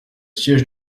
siège